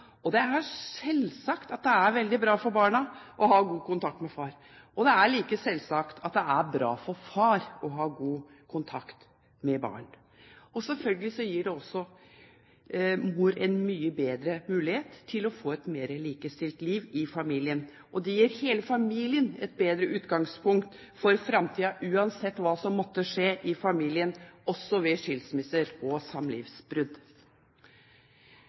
utviklingen. Det er selvsagt at det er veldig bra for barna å ha god kontakt med far. Det er like selvsagt at det er bra for far å ha god kontakt med barna. Selvfølgelig gir det også mor en mye bedre mulighet til å få et mer likestilt liv i familien. Det gir hele familien et bedre utgangspunkt for framtida, uansett hva som måtte skje i familien, også ved skilsmisser og samlivsbrudd.